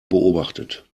beobachtet